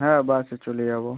হ্যাঁ বাসে চলে যাবো